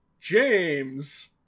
James